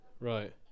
Right